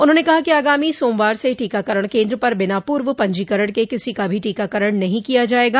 उन्होंने कहा कि आगामी सोमवार से टीकाकरण केन्द्र पर बिना पूर्व पंजीकरण के किसी का भी टीकाकरण नहीं किया जायेगा